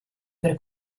per